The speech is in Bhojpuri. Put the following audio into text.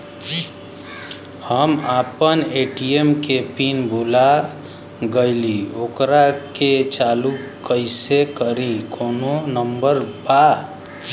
हम अपना ए.टी.एम के पिन भूला गईली ओकरा के चालू कइसे करी कौनो नंबर बा?